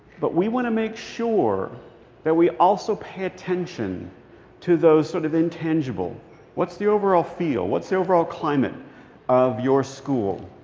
but we want to make sure that we also pay attention to those sort of intangible what's the overall feel? what's the overall climate of your school?